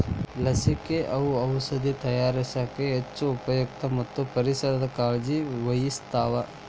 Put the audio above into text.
ಲಸಿಕೆ, ಔಔಷದ ತಯಾರಸಾಕ ಹೆಚ್ಚ ಉಪಯುಕ್ತ ಮತ್ತ ಪರಿಸರದ ಕಾಳಜಿ ವಹಿಸ್ತಾವ